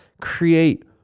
create